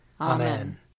Amen